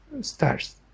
stars